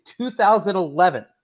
2011